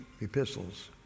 epistles